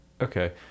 Okay